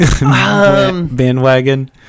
bandwagon